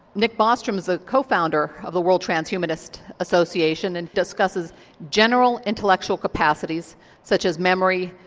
nick bostrum is a co-founder of the world transhumanist association and discusses general intellectual capacities such as memory,